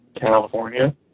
California